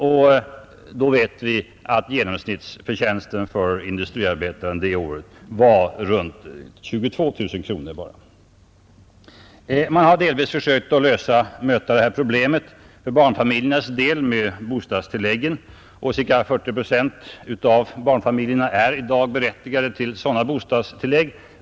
Ändå vet vi att genomsnittsförtjänsten för industriarbetaren det året bara var runt 22 000 kronor. Man har delvis försökt möta de här problemen för barnfamiljernas del med de nya bostadstilläggen. Ca 40 procent av alla barnfamiljer är i dag berättigade till bostadstillägg.